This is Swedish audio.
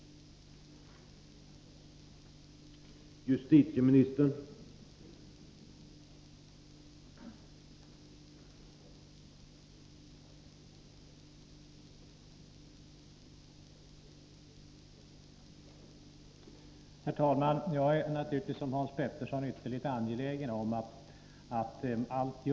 uppgifter till polisen